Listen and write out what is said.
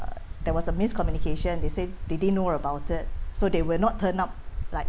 uh there was a miscommunication they said they didn't know about it so they will not turn up like